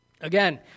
Again